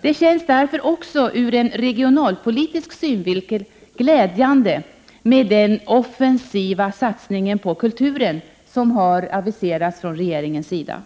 Det känns därför också ur en regionalpolitisk synvinkel glädjande med den offensiva satsningen på kulturen som har aviserats från regeringens sida.